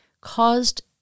caused